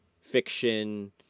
fiction